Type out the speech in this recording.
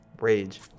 rage